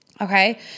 Okay